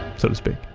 so to speak.